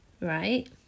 Right